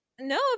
No